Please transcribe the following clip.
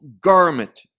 garment